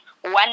one